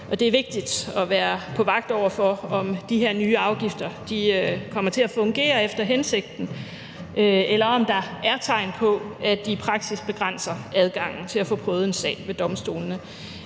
Det er vigtigt at være på vagt over for, om de her nye afgifter kommer til at fungere efter hensigten, eller om der er tegn på, at de i praksis begrænser adgangen til at få prøvet en sag ved domstolene.